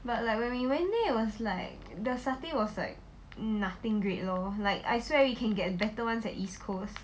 but like when we went there was like the satay was like nothing great lor like I swear we can get a better ones at east coast